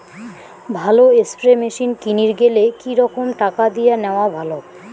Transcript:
ভালো spray machine কিনির গেলে কি রকম টাকা দিয়া নেওয়া ভালো?